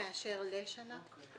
הוא מאשר לשנה?